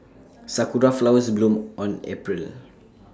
Sakura Flowers bloom on April